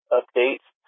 updates